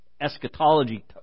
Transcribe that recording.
eschatology